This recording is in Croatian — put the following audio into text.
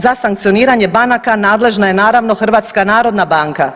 Za sankcioniranje banaka nadležna je, naravno, HNB.